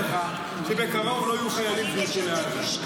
שבקרוב לא יהיו חיילים שילכו לעזה,